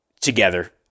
together